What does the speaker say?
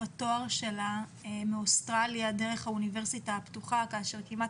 התואר שלה מאוסטרליה דרך האוניברסיטה הפתוחה כאשר כמעט